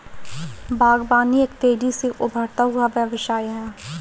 बागवानी एक तेज़ी से उभरता हुआ व्यवसाय है